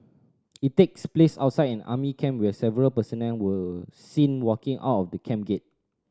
it takes place outside an army camp where several personnel were seen walking out the camping